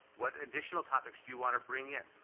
what additional topics do you wanna bring in?